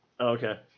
Okay